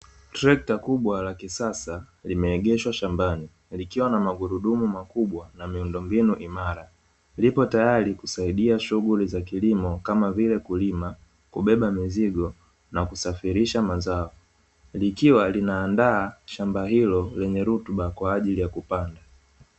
Trekta kubwa la kisasa limeegeshwa shambani likiwa na magurudumu makubwa na miundo mbinu imara ,lipo tayari kusaidia shughuli za kilimo kama vile; kulima kubeba mizigo na kusafirisha mazao likiwa linaandaa shamba hilo lenye rutuba kwaajili ya kupanda.